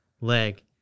leg